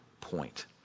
point